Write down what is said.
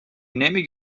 نمی